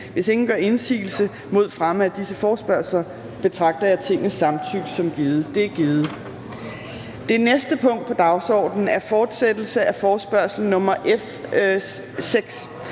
Hvis ingen gør indsigelse mod fremme af disse forespørgsler, betragter jeg Tingets samtykke som givet. Det er givet. --- Det næste punkt på dagsordenen er: 3) Fortsættelse af forespørgsel nr.